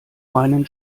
meinen